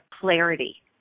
clarity